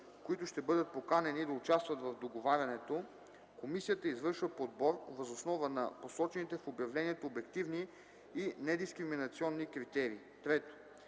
които ще бъдат поканени да участват в договарянето, комисията извършва подбор въз основа на посочените в обявлението обективни и недискриминационни критерии.”